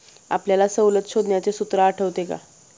आपल्याला सवलत शोधण्याचे सूत्र आठवते का?